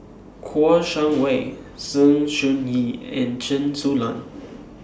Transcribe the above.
Kouo Shang Wei Sng Choon Yee and Chen Su Lan